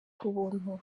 kubuntu